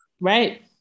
Right